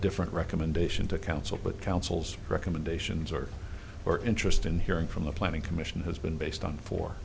different recommendation to council but councils recommendations are your interest in hearing from the planning commission has been based on for